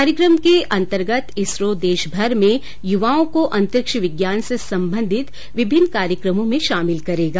कार्यक्रम के अंतर्गत इसरो देश भर में युवाओं को अंतरिक्ष विज्ञान से संबंधित विभिन्न कार्यक्रमों में शामिल करेगा